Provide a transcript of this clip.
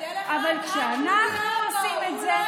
אבל כשאנחנו עושים את זה,